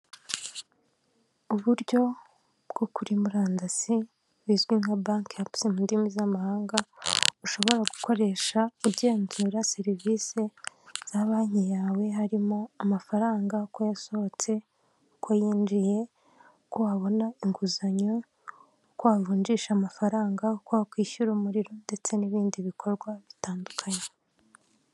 Uburyo bwo kuri murandasi bizwi nka banki apusi mu ndimi z'amahanga, ushobora gukoresha ugenzura serivisi za banki yawe, harimo amafaranga uko yasohotse, uko yinjiye, uko wabona inguzanyo, uko wavunjisha amafaranga, uko wakwishyura umuriro ndetse n'ibindi bikorwa bitandukanye.